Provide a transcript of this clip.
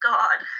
God